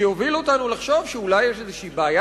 שיוביל אותנו לחשוב שאולי יש איזו בעיה